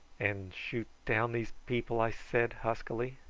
and shoot down these people? i said huskily.